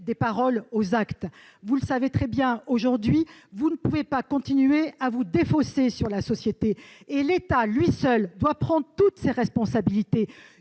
des paroles aux actes ! Vous le savez très bien, aujourd'hui, vous ne pouvez pas continuer à vous défausser sur la société. L'État, lui seul, doit prendre toutes ses responsabilités,